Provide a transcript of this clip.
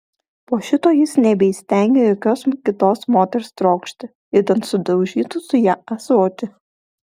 po šito jis nebeįstengė jokios kitos moters trokšti idant sudaužytų su ja ąsotį